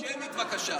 שמית, בבקשה.